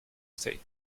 state